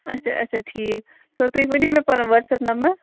اچھا اچھا ٹھیٖک تُہۍ ؤنِو مےٚ پَنُن وَٹسیپ نَمبَر